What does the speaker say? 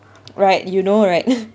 right you know right